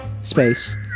space